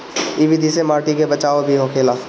इ विधि से माटी के बचाव भी होखेला